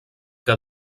que